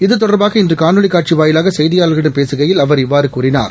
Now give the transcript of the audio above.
இது தொடா்பாக இன்று காணொலி காட்சி வாயிலாக செய்தியாளா்களிடம் பேசுகையில் அவா் இவ்வாறு கூறினார்